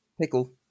pickle